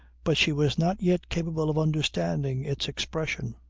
but she was not yet capable of understanding its expression.